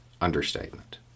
Understatement